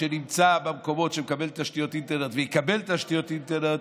שנמצא במקומות שמקבלים תשתיות אינטרנט ויקבל תשתיות אינטרנט,